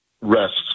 rests